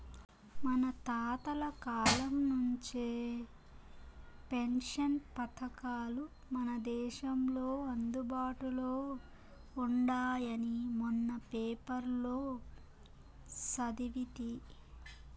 మన తాతల కాలం నుంచే పెన్షన్ పథకాలు మన దేశంలో అందుబాటులో ఉండాయని మొన్న పేపర్లో సదివితి